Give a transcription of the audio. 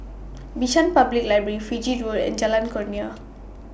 Bishan Public Library Fiji Road and Jalan Kurnia